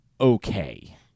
okay